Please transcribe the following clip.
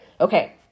Okay